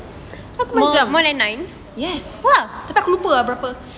aku macam yes aku terlupa ah berapa